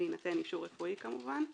בהינתן אישור רפואי כמובן.